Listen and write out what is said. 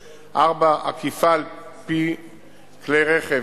4. אכיפה על-פי כלי-רכב,